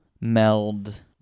meld